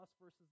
versus